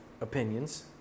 opinions